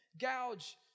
gouge